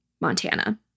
Montana